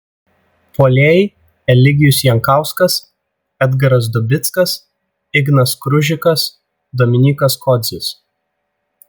puolėjai eligijus jankauskas edgaras dubickas ignas kružikas dominykas kodzis